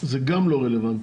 זה גם לא רלוונטי,